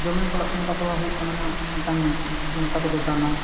ᱡᱚᱢᱮᱢ ᱯᱟᱲᱟᱜ ᱠᱟᱱ ᱚᱱᱠᱟ ᱫᱚ ᱦᱩᱭᱩᱜ ᱠᱟᱱᱟ ᱱᱟᱦᱟᱜ ᱢᱤᱫᱴᱟᱝ ᱡᱩᱱᱛᱟ ᱠᱚᱫᱚ ᱫᱟᱱᱟ